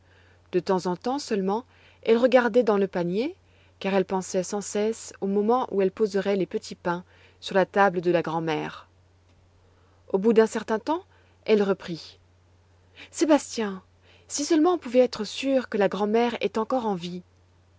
de temps en temps seulement elle regardait dans le panier car elle pensait sans cesse au moment où elle poserait les petits pains sur la table de la grand'mère au bout d'un certain temps elle reprit sébastien si seulement on pouvait être sûr que la grand'mère est encore en vie